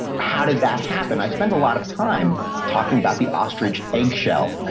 how did that happen? i spend a lot of time talking about the ostrich egg shell